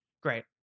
Great